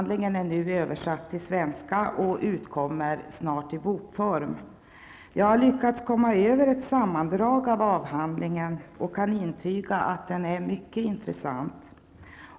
Den är nu översatt till svenska och utkommer snart i bokform. Jag har lyckats komma över ett sammandrag av avhandlingen och kan intyga att den är mycket intressant.